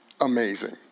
Amazing